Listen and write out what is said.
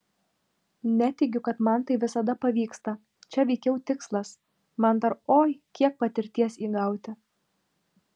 neteigiu kad man tai visada pavyksta čia veikiau tikslas man dar oi kiek patirties įgauti